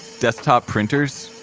desktop printers,